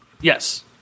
Yes